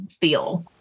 feel